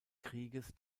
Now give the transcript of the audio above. krieges